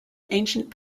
ancient